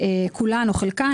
כולן או חלקן,